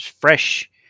fresh